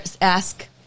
ask